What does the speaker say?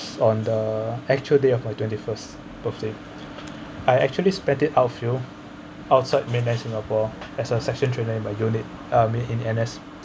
on the actual day of my twenty first birthday I actually spent it outfield outside mainland singapore as a section training in my unit army in N_S